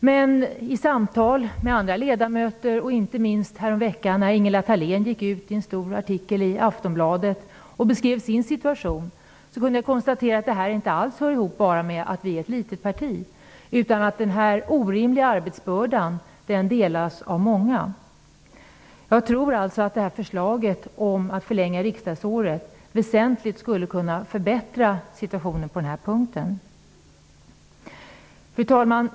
Men vid samtal med andra ledamöter, och inte minst när Ingela Thalén häromveckan gick ut i en stor artikel i Aftonbladet och beskrev sin situation, har jag kunnat konstatera att detta inte alls hänger ihop med att vi är ett litet parti. Denna orimliga arbetsbörda delas av många. Förslaget om en förlängning av riksdagsåret skulle alltså väsentligt kunna förbättra situationen på den här punkten. Fru talman!